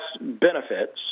benefits